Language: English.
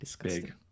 big